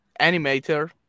animator